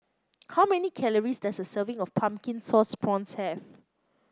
how many calories does a serving of Pumpkin Sauce Prawns have